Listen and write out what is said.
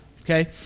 okay